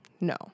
no